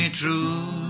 true